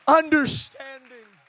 understanding